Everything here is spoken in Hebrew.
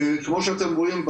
כמו שאתם רואים,